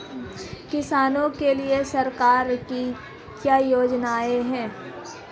किसानों के लिए सरकार की क्या योजनाएं हैं?